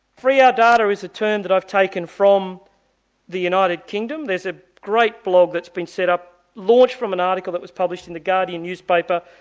free our data is a term that i've taken from the united kingdom. there's a great blog that's been set up, launched from an article that was published in the guardian newspaper,